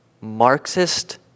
Marxist